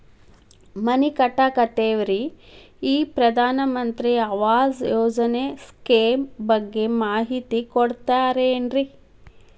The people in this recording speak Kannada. ಮನಿ ಕಟ್ಟಕತೇವಿ ರಿ ಈ ಪ್ರಧಾನ ಮಂತ್ರಿ ಆವಾಸ್ ಯೋಜನೆ ಸ್ಕೇಮ್ ಬಗ್ಗೆ ಮಾಹಿತಿ ಕೊಡ್ತೇರೆನ್ರಿ?